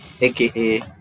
aka